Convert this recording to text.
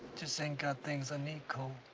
just ain't got things i need, cole.